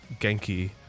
Genki